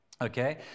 okay